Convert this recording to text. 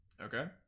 Okay